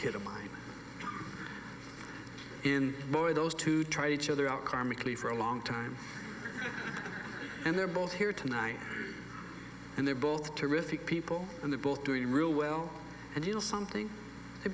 kid of mine in boy those two try to each other out karmically for a long time and they're both here tonight and they're both terrific people and they're both doing real well and you know something they